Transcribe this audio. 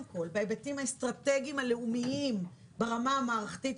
כל בהיבטים האסטרטגיים הלאומיים ברמה המערכתית.